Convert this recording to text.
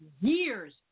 years